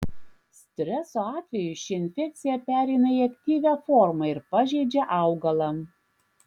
streso atveju ši infekcija pereina į aktyvią formą ir pažeidžia augalą